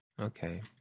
Okay